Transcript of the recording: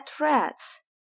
rats